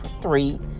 three